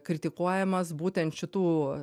kritikuojamas būtent šitų